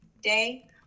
day